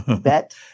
bet